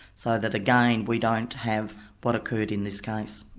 so that again, we don't have what occurred in this case.